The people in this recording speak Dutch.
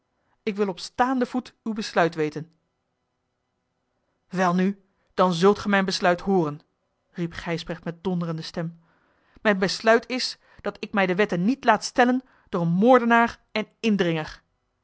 ik wil op staanden voet uw besluit weten welnu dan zult ge mijn besluit hooren riep gijsbrecht met donderende stem mijn besluit is dat ik mij de wetten niet laat stellen door een moordenaar en indringer